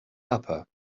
upper